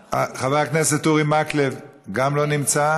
חבר הכנסת אורי מקלב, גם לא נמצא.